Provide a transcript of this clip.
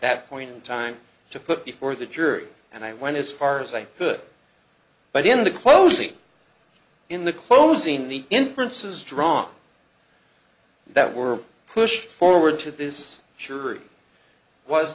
that point in time to put before the jury and i went as far as i could but in the closing in the closing the inferences drawn that were pushed forward to this